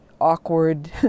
awkward